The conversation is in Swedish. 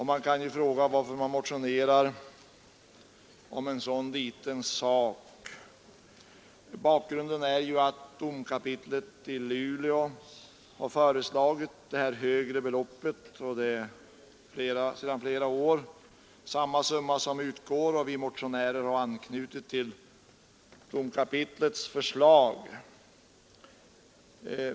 Man kan ju fråga varför vi motionerar om en så liten sak. Bakgrunden är att domkapitlet i Luleå har föreslagit det högre beloppet sedan flera år, och vi motionärer har anknutit till domkapitlets förslag.